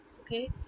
okay